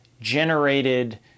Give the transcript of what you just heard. generated